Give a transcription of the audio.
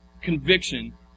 conviction